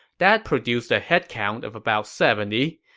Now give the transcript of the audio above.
that produced a headcount of about seventy,